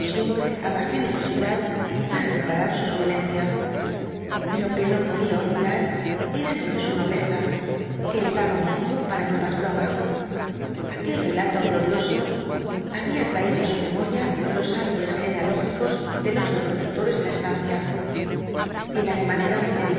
siempre á la generosidad para reparar sus violencias lo que no podía olvidar era lo de su nobleza que le daba motivo para nuevas bromas aquel relato glorioso había traído á su memoria los árboles genealógicos de los reproductores de la estancia el alemán era un